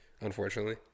unfortunately